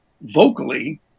vocally